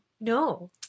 No